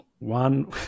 One